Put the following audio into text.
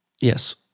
Yes